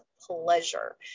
Pleasure